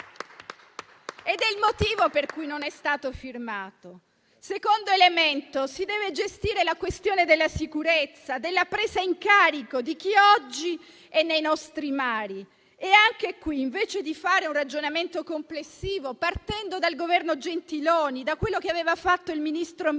è il motivo per cui non è stato firmato. Secondo elemento: si deve gestire la questione della sicurezza e della presa in carico di chi oggi è nei nostri mari e, anche qui, invece di fare un ragionamento complessivo partendo dal Governo Gentiloni e da quello che aveva fatto il ministro Minniti,